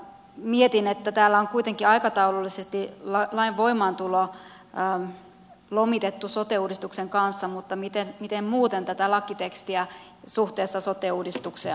mietin että täällä on kuitenkin aikataulullisesti lain voimaantulo lomitettu sote uudistuksen kanssa mutta miten muuten tätä lakitekstiä suhteessa sote uudistukseen on pohdittu